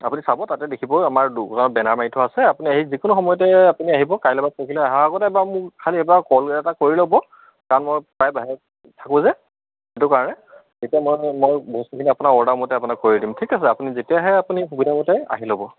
আপুনি চাব তাতে দেখিব আমাৰ দোকানৰ বেনাৰ মাৰি থোৱা আছে আপুনি আহি যিকোনো সময়তে আপুনি আহিব কাইলৈ বা পৰহিলৈ অহাৰ আগতে এবাৰ মোক খালী এইবাৰ কল এটা কৰি ল'ব কাৰণ মই প্ৰায় বাহিৰত থাকোঁ যে সেইটো কাৰণে তেতিয়া মই মই বস্তুখিনি আপোনাৰ অৰ্ডাৰমতে আপোনাক কৰি দিম ঠিক আছে আপুনি যেতিয়া আহে আপুনি সুবিধামতে আহি ল'ব